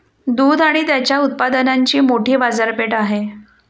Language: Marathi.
दूध आणि त्याच्या उत्पादनांची मोठी बाजारपेठ आहे